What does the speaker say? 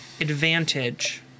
advantage